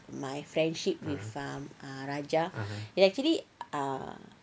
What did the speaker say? my friendship with um ah with raja actually ah